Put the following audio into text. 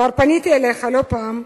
כבר פניתי אליך לא פעם.